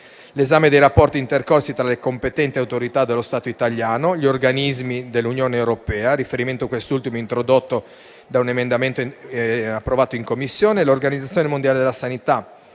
l'esame dei rapporti intercorsi tra le competenti autorità dello Stato italiano, gli organismi dell'Unione europea - quest'ultimo è un riferimento introdotto da un emendamento approvato in Commissione - e l'Organizzazione mondiale della sanità